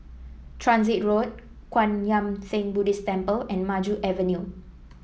Transit Road Kwan Yam Theng Buddhist Temple and Maju Avenue